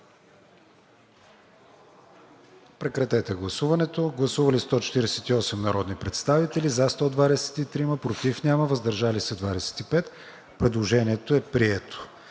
режим на гласуване. Гласували 144 народни представители: за 143, против няма, въздържал се 1. Предложението е прието.